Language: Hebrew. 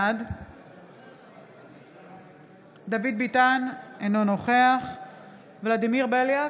בעד דוד ביטן, אינו נוכח ולדימיר בליאק,